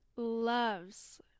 Loves